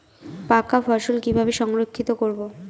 পাকা ফসল কিভাবে সংরক্ষিত করব?